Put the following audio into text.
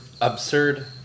absurd